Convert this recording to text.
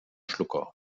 schlucker